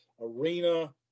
arena